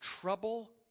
trouble